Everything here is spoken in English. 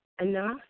enough